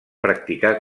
practicar